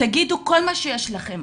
תגידו כל מה שיש לכם.